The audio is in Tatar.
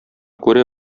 күрә